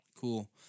Cool